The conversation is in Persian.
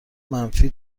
منفی